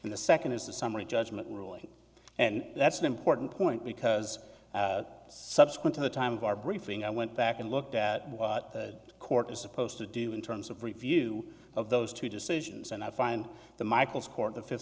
and the second is the summary judgment ruling and that's an important point because subsequent to the time of our briefing i went back and looked at what the court is supposed to do in terms of review of those two decisions and i find the michaels court the fifth